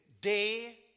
day